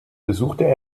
besuchte